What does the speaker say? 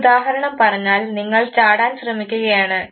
ഒരുദാഹരണം പറഞ്ഞാൽ നിങ്ങൾ ചാടാൻ ശ്രമിക്കുകയാണ്